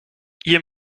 ihr